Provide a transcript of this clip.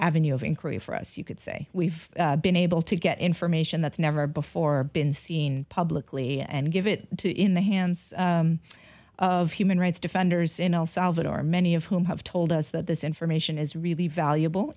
avenue of inquiry for us you could say we've been able to get information that's never before been seen publicly and give it to in the hands of human rights defenders in el salvador many of whom have told us that this information is really valuable